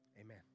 Amen